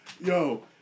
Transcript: yo